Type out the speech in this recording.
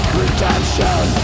redemption